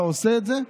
אתה עושה את זה,